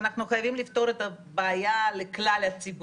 ואנחנו נמשיך בשיתוף הפעולה גם אם לעיתים יש בינינו חילוקי דעות.